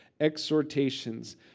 exhortations